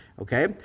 Okay